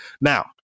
Now